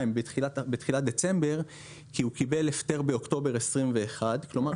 בתחילת דצמבר כי הוא קיבל הפטר באוקטובר 2021. כלומר,